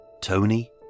Tony